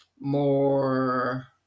more